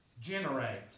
generate